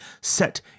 set